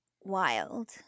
wild